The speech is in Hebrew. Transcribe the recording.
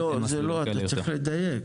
אתה צריך לדייק,